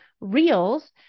Reels